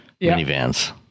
minivans